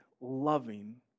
loving